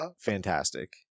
fantastic